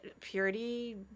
purity